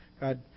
God